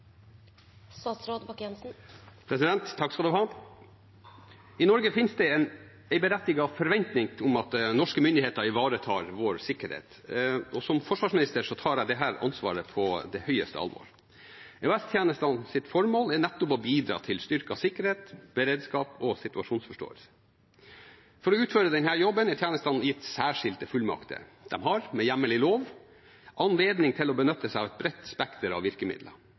I Norge finnes det en berettiget forventning om at norske myndigheter ivaretar vår sikkerhet. Som forsvarsminister tar jeg dette ansvaret på det største alvor. EOS-tjenestenes formål er nettopp å bidra til styrket sikkerhet, beredskap og situasjonsforståelse. For å utføre denne jobben er tjenestene gitt særskilte fullmakter. De har, med hjemmel i lov, anledning til å benytte seg av et bredt spekter av virkemidler.